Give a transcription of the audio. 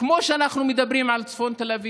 כמו שאנחנו מדברים על צפון תל אביב,